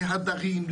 להדרים,